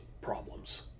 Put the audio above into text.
problems